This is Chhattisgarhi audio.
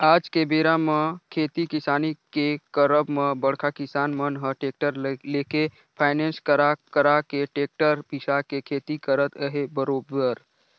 आज के बेरा म खेती किसानी के करब म बड़का किसान मन ह टेक्टर लेके फायनेंस करा करा के टेक्टर बिसा के खेती करत अहे बरोबर